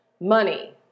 money